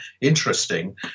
interesting